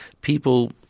people